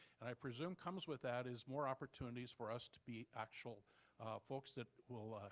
and i presume comes with that is more opportunities for us to be actual folks that will,